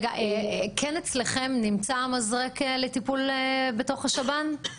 אצלכם כן נמצא המזרק לטיפול בתוך השב"ן?